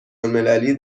المللی